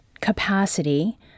capacity